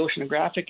oceanographic